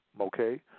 okay